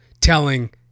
telling